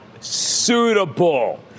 suitable